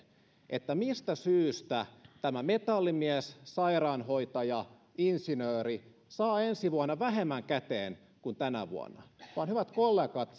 mistä syystä tämä metallimies sairaanhoitaja insinööri saa ensi vuonna vähemmän käteen kuin tänä vuonna vaan hyvät kollegat